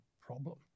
problem